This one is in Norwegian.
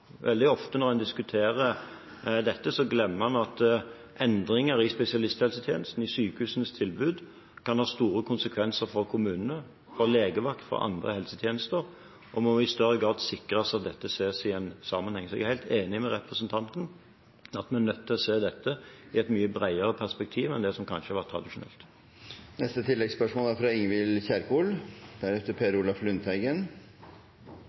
Veldig ofte når en diskuterer dette, glemmer en at endringer i spesialisthelsetjenesten i sykehusenes tilbud kan ha store konsekvenser for kommunene, for legevakt og andre helsetjenester, og vi må i større grad sikre oss at dette ses i en sammenheng. Så jeg er helt enig med representanten i at vi er nødt til å se dette i et mye bredere perspektiv enn det som kanskje har vært tradisjonelt.